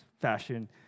fashion